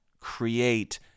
create